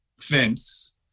fence